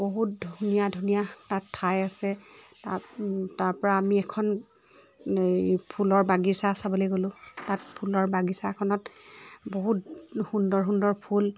বহুত ধুনীয়া ধুনীয়া তাত ঠাই আছে তাত তা ৰপৰা আমি এখন এই ফুলৰ বাগিচা চাবলে গলোঁ তাত ফুলৰ বাগিচাখনত বহুত সুন্দৰ সুন্দৰ ফুল